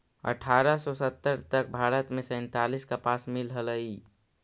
अट्ठारह सौ सत्तर तक भारत में सैंतालीस कपास मिल हलई